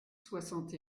soixante